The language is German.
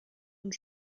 und